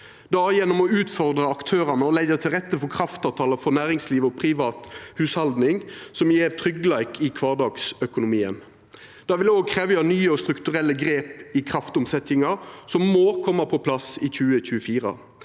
gjennom å utfordra aktørane og leggja til rette for kraftavtalar for næringsliv og private hushald, som gjev tryggleik i kvardagsøkonomien. Det vil òg krevja nye og strukturelle grep i kraftomsetjinga, som må koma på plass i 2024.